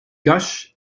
gush